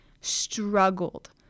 struggled